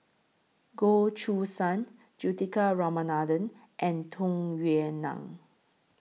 Goh Choo San Juthika Ramanathan and Tung Yue Nang